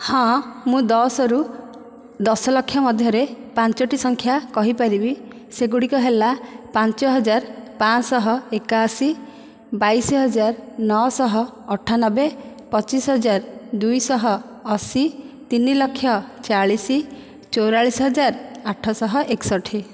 ହଁ ମୁଁ ଦଶରୁ ଦଶ ଲକ୍ଷ ମଧ୍ୟରେ ପାଞ୍ଚୋଟି ସଂଖା କହିପାରିବି ସେଗୁଡ଼ିକ ହେଲା ପାଞ୍ଚହଜାର ପାଞ୍ଚଶହ ଏକାଅଶୀ ବାଇଶ ହଜାର ନଅଶହ ଅଠାନବେ ପଚିଶ ହଜାର ଦୁଇଶହ ଅଶୀ ତିନିଲକ୍ଷ ଚାଳିଶ ଚଉରାଲିଶ ହଜାର ଆଠଶହ ଏକଷଠି